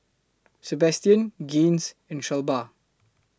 Sabastian Gaines and Shelba